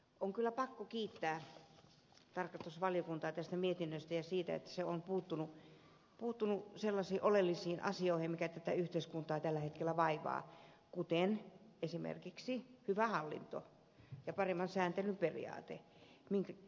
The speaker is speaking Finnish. on kyllä pakko kiittää tarkastusvaliokuntaa tästä mietinnöstä ja siitä että se on puuttunut sellaisiin oleellisiin asioihin jotka tätä yhteiskuntaa tällä hetkellä vaivaavat kuten esimerkiksi hyvän hallinnon ja paremman sääntelyn periaatteen ongelmiin